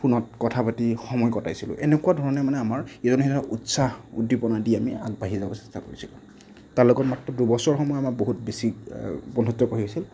ফোনত কথা পাতি সময় কটাইছিলোঁ এনেকুৱা ধৰণে মানে আমাৰ ইজনে সিজনক উৎসাহ উদ্দিপনা দি আমি আগবাঢ়ি যাব চেষ্টা কৰিছিলোঁ তাৰ লগত মাত্ৰ দুবছৰ সময় আমাৰ বহুত বেছি বন্ধুত্ব গঢ়ি উঠিছিল